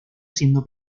siendo